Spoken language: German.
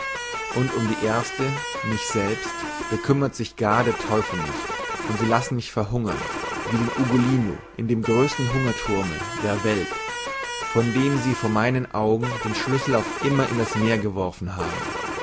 und um die erste mich selbst bekümmert sich gar der teufel nicht und sie lassen mich verhungern wie den ugolino in dem größten hungerthurme der welt von dem sie vor meinen augen den schlüssel auf immer in das meer geworfen haben